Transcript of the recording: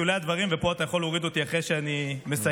פה אתה יכול להוריד אותי אחרי שאני מסיים,